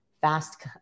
fast